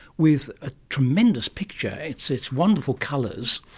with a tremendous picture, it's it's wonderful colours,